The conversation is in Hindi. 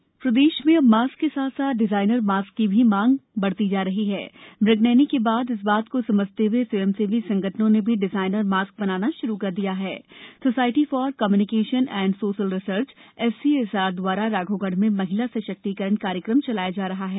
डिजाइनर मास्क प्रदेश में अब मास्क के साथ साथ डिजाइनर मास्क की मांग भी तेजी से बढ़ रही है मृगनयनी के बादइस बात को समझते हुए स्वयंसेवी संगठनों ने भी डिजाइनर मास्क बनाना श्रू कर दिया है society for communication and social research SCSR दवारा राघौगढ़ में महिला सशक्तिकरण का कार्यक्रम चलाया जा रहा है